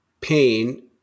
pain